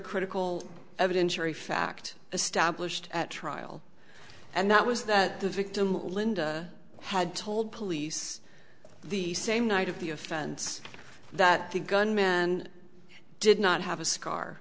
critical evidence very fact established at trial and that was that the victim linda had told police the same night of the offense that the gunmen did not have a scar